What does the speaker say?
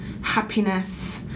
happiness